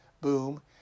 boom